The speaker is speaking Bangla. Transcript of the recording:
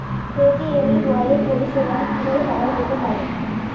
পেটিএম ই ওয়ালেট পরিষেবাটি কিভাবে পাওয়া যেতে পারে?